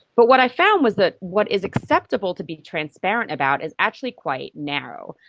but what i found was that what is acceptable to be transparent about is actually quite narrow.